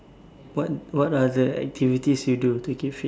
what what are the activities you do to keep fit